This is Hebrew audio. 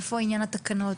איפה עניין התקנות,